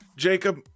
Jacob